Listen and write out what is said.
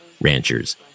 ranchers